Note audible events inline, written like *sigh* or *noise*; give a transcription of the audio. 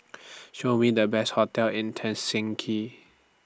Show Me The Best hotels in *unintelligible*